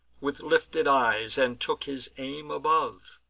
with lifted eyes, and took his aim above,